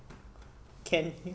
can